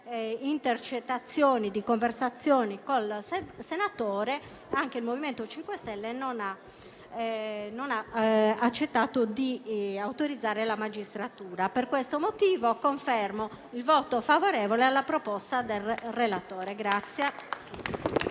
intercettazioni di conversazioni con il senatore Cesaro, anche il MoVimento 5 Stelle non ha accettato di autorizzare la magistratura. Per questo motivo confermo il voto favorevole alla proposta del relatore.